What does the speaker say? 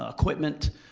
ah equipment,